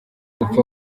upfa